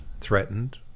threatened